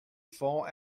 thaw